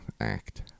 act